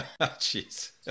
Jeez